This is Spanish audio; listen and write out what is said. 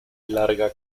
larga